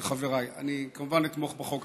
וחבריי, אני כמובן אתמוך בחוק.